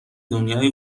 دنیای